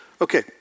Okay